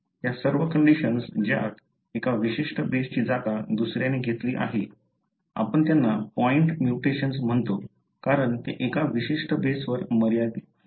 या सर्व कंडिशन्स ज्यात एका विशिष्ट बेसची जागा दुसऱ्याने घेतली आहे आपण त्यांना पॉइंट म्यूटेशन म्हणतो कारण ते एका विशिष्ट बेसवर मर्यादित आहेत